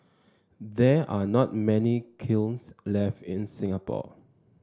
there are not many kilns left in Singapore